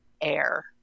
air